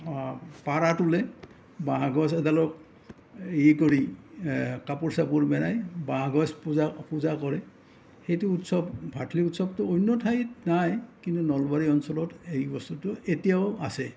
পাৰা তোলেই বাঁহ গছ এডালত হেৰি কৰি কাপোৰ চাপোৰ মেৰাই বাঁহ গছ পূজা পূজা কৰে সেইটো উৎসৱ ভাঠলী উৎসৱটো অন্য ঠাইত নাই কিন্তু নলবাৰী অঞ্চলত এই বস্তুটো এতিয়াও আছে